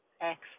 Excellent